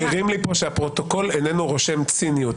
מעירים לי פה שהפרוטוקול איננו רושם ציניות,